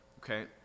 Okay